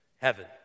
heaven